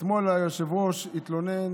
אתמול היושב-ראש התלונן,